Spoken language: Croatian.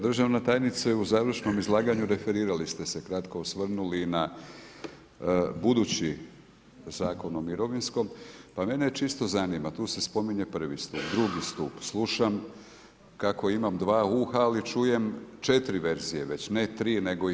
Državna tajnice, u završnom izlaganju referirali ste se kratko i osvrnuli na budući Zakon o mirovinskom pa mene čisto zanima, tu se spominje I. stup, II. stup, slušam kako imam dva uha ali čujem 4 verzije već, ne tri nego i pet.